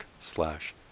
slash